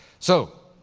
so,